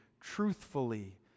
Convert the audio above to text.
truthfully